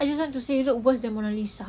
I just want to say you look worse than mona lisa